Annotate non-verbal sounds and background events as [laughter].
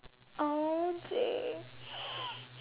!aww! J [noise]